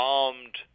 armed